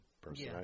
person